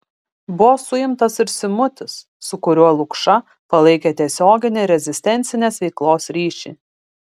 buvo suimtas ir simutis su kuriuo lukša palaikė tiesioginį rezistencinės veiklos ryšį